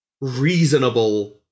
reasonable